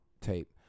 tape